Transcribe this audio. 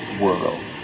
world